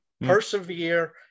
persevere